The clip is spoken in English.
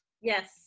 Yes